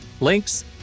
Links